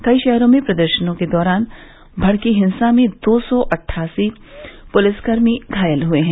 कई शहरों में प्रदर्शनों के दौरान भड़की हिंसा में दो सौ अट्ठासी पुलिसकर्मी घायल हुए हैं